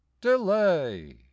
delay